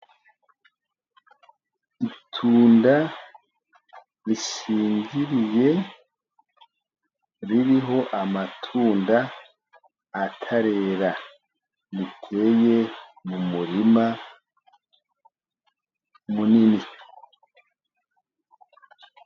Itunda risingiriye ririho amatunda atarera riteye mu murima munini.